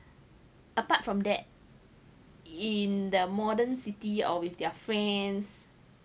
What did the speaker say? apart from that in the modern city or with their friends